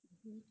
hmm